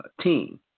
team